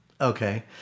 Okay